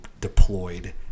deployed